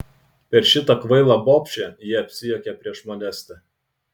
per šitą kvailą bobšę ji apsijuokė prieš modestą